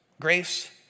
Grace